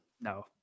No